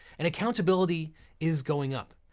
and accountability is going up.